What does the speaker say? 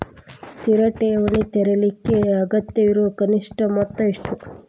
ಸ್ಥಿರ ಠೇವಣಿ ತೆರೇಲಿಕ್ಕೆ ಅಗತ್ಯವಿರೋ ಕನಿಷ್ಠ ಮೊತ್ತ ಎಷ್ಟು?